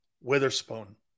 Witherspoon